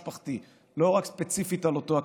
המשפחתי ולא רק ספציפית על אותו הקטין.